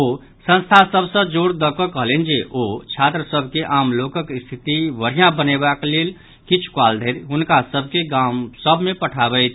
ओ संस्था सभ सॅ जोर दऽकऽ कहलनि जे ओ छात्र सभ के आम लोकक स्थिति बढ़िया बनयबाक लेल किछु काल धरि हुनका सभ के गाम सभ मे पठावैथ